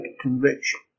conviction